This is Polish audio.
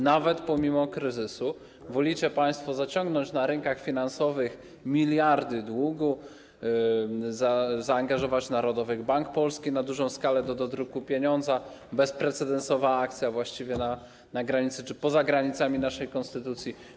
Nawet pomimo kryzysu wolicie państwo zaciągnąć na rynkach finansowych miliardy długu, zaangażować Narodowy Bank Polski na dużą skalę do dodruku pieniądza, co jest bezprecedensową akcją właściwie na granicy czy poza granicami naszej konstytucji.